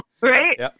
Right